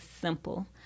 simple